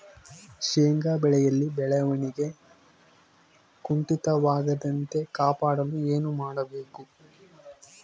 ಶೇಂಗಾ ಬೆಳೆಯಲ್ಲಿ ಬೆಳವಣಿಗೆ ಕುಂಠಿತವಾಗದಂತೆ ಕಾಪಾಡಲು ಏನು ಮಾಡಬೇಕು?